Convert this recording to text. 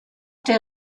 der